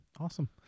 Awesome